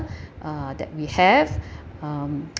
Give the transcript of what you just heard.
uh that we have um